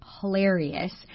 hilarious